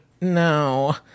no